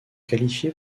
qualifiés